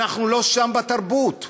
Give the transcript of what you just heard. ואנחנו לא שם בתרבות,